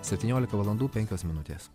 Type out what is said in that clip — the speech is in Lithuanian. septyniolika valandų penkios minutės